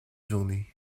journée